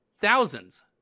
Thousands